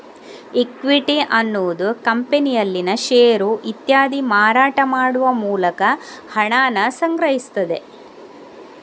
equity ಅನ್ನುದು ಕಂಪನಿಯಲ್ಲಿನ ಷೇರು ಇತ್ಯಾದಿ ಮಾರಾಟ ಮಾಡುವ ಮೂಲಕ ಹಣಾನ ಸಂಗ್ರಹಿಸ್ತದೆ